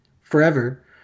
forever